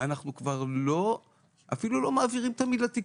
אנחנו כבר אפילו לא תמיד מעבירים לתקשורת.